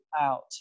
out